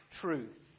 truth